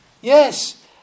Yes